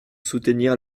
soutenir